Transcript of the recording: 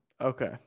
okay